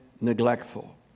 neglectful